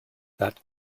that